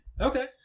Okay